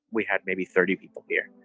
we had maybe thirty people here,